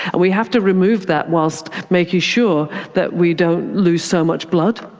we have to remove that whilst making sure that we don't lose so much blood.